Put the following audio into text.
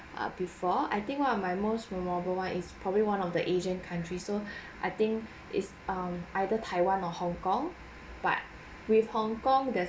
ah before I think one of my most memorable one is probably one of the asian country so I think it's um either taiwan or hong kong but with hong kong the